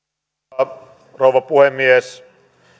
arvoisa rouva puhemies